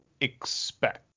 expect